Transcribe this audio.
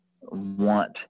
want